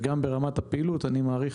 גם ברמת הפעילות אני מעריך